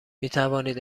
میتوانید